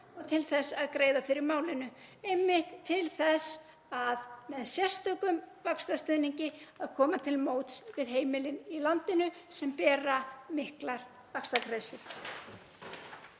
og til að greiða fyrir málinu. Einmitt til þess, með sérstökum vaxtastuðningi, að koma til móts við heimilin í landinu sem bera miklar vaxtagreiðslur.